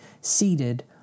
seated